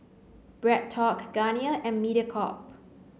BreadTalk Garnier and Mediacorp